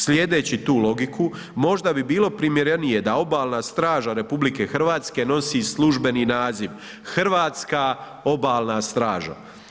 Sljedeći tu logiku možda bi bilo primjerenije da Ostraža RH nosi službeni naziv Hrvatska Obalna straža.